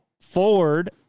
ford